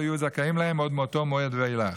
יהיו זכאים להם עוד מאותו מועד ואילך.